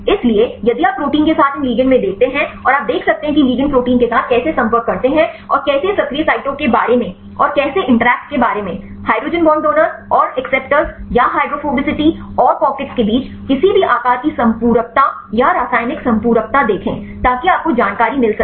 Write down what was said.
इसलिए यदि आप प्रोटीन के साथ इन लिगेंड में देखते हैं और आप देख सकते हैं कि लिगेंड प्रोटीन के साथ कैसे संपर्क करते हैं और कैसे सक्रिय साइटों के बारे में और कैसे बातचीत के बारे में हाइड्रोजन बॉन्ड डोनर और एक्सेप्टर्स या हाइड्रोफोबिसिटी और पॉकेट्स के बीच किसी भी आकार की संपूरकता या रासायनिक संपूरकता देखें ताकि आपको जानकारी मिल सके